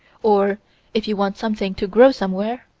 or if you want something to grow somewhere,